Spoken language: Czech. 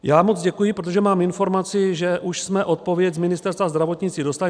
Já moc děkuji, protože mám informaci, že už jsme odpověď z Ministerstva zdravotnictví dostali.